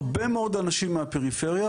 הרבה מאוד אנשים מהפריפריה,